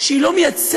לפלסטינים ללא זכות